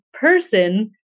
person